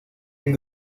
del